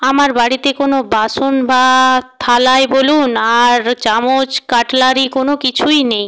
আমার বাড়িতে কোনও বাসন বা থালাই বলুন আর চামচ কাটলারি কোনও কিছুই নেই